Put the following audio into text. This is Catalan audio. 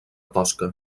tosca